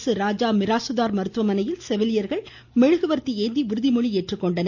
அரசு ராஜா மிராசுதார் மருத்துவமனையில் செவிலியர்கள் தஞ்சை மெழுகுவர்த்தி ஏந்தி உறுதி மொழி ஏற்றுக்கொண்டனர்